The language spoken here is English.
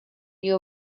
you